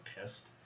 pissed